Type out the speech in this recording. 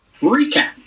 Recap